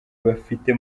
bafite